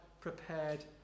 prepared